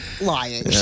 lying